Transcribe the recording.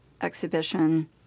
exhibition